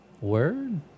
word